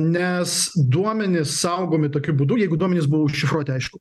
nes duomenys saugomi tokiu būdu jeigu duomenys buvo užšifruoti aišku